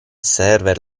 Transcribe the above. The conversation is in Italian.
server